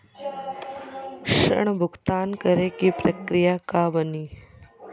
ऋण भुगतान करे के प्रक्रिया का बानी?